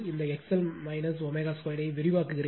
இந்த XL ω 2 விரிவாக்குகிறேன்